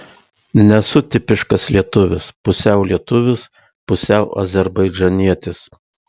nesu tipiškas lietuvis pusiau lietuvis pusiau azerbaidžanietis